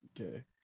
Okay